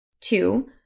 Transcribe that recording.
Two